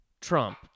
Trump